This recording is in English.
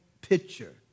picture